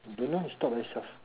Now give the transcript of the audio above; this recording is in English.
don't know stop by itself